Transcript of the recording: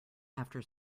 after